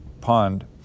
pond